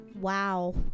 Wow